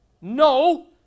No